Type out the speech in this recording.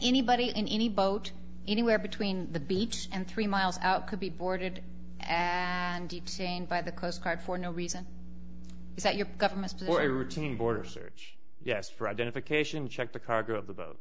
anybody in any boat anywhere between the beach and three miles out could be boarded and seen by the coast guard for no reason is that your government for a routine border search yes for identification check the cargo of the boat